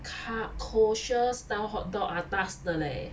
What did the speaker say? ka~ kosher style hotdog atas 的 leh